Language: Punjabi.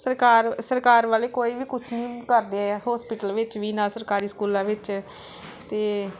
ਸਰਕਾਰ ਸਰਕਾਰ ਵਾਲੇ ਕੋਈ ਵੀ ਕੁਛ ਨਹੀਂ ਕਰਦੇ ਐ ਹੋਸਪੀਟਲ ਵਿੱਚ ਵੀ ਨਾ ਸਰਕਾਰੀ ਸਕੂਲਾਂ ਵਿੱਚ ਅਤੇ